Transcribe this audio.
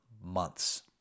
months